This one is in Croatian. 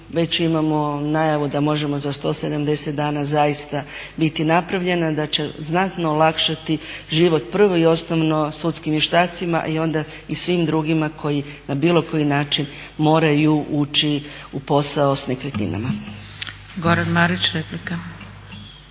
već imamo najavu da može za 170 dana zaista biti napravljena, da će znatno olakšati život, prvo i osnovno sudskim vještacima i onda i svim drugima koji na bilo koji način moraju ući u posao s nekretninama.